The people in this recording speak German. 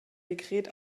dekret